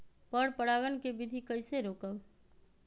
पर परागण केबिधी कईसे रोकब?